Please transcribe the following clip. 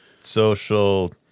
social